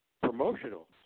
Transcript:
promotional